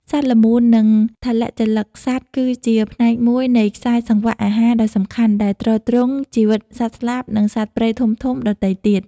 សត្វល្មូន និងថលជលិកសត្វគឺជាផ្នែកមួយនៃខ្សែសង្វាក់អាហារដ៏សំខាន់ ដែលទ្រទ្រង់ជីវិតសត្វស្លាប និងសត្វព្រៃធំៗដទៃទៀត។